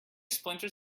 splinter